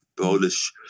Polish